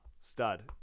Stud